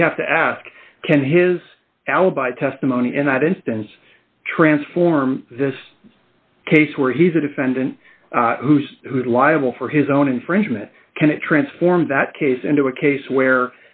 we have to ask can his alibi testimony in that instance transform this case where he's a defendant who's who's liable for his own infringement can it transformed that case into a case where